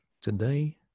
today